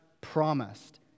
promised